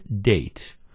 date